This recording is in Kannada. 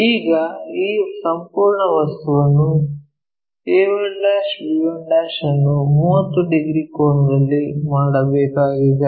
ಈಗ ಈ ಸಂಪೂರ್ಣ ವಸ್ತುವನ್ನು a1' b1' ಅನ್ನು 30 ಡಿಗ್ರಿ ಕೋನದಲ್ಲಿ ಮಾಡಬೇಕಾಗಿದೆ